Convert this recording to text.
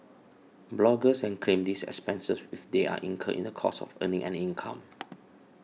bloggers can claim these expenses if they are incurred in the course of earning an income